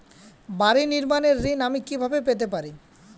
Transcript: বাড়ি নির্মাণের ঋণ আমি কিভাবে পেতে পারি?